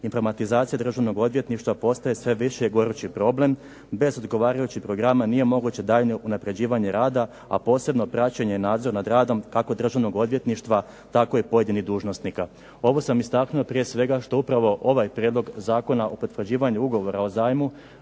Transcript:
informatizacija Državnog odvjetništva postaje sve veći i gorući problem, bez odgovarajućih programa nije moguće daljnje unapređivanje rada, a posebno praćenje i nadzor nad radom kako Državnog odvjetništva, tako i pojedinih dužnosnika. Ovo sam istaknuo prije svega što upravo ovaj prijedlog Zakona o potvrđivanju Ugovora o zajmu